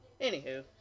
Anywho